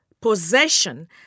possession